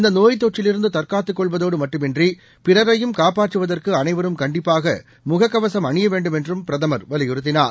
இந்தநோய் தொற்றிலிருந்துதற்காத்துக் கொள்வதோடுமட்டுமன்றிபிறரையும் காப்பாற்றுவதற்குஅனைவரும் கண்டிப்பாகமுககவசம் அணியவேண்டுமென்றும் பிதம் வலியுறுத்தினார்